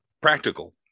practical